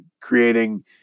creating